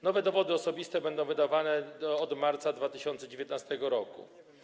Nowe dowody osobiste będą wydawane od marca 2019 r.